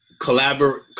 collaborate